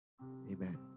Amen